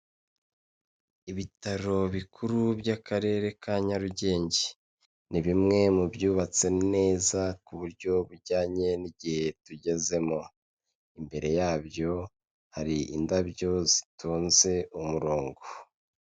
Ibitaro bikuru by'akarere ka Nyarugenge, ni bimwe mu byubatse neza ku buryo bujyanye n'igihe tugezemo. Imbere yabyo hari indabyo zitonze umurongo.